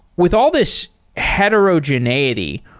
with all this heterogeneity,